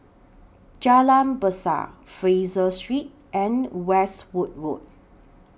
Jalan Besar Fraser Street and Westwood Road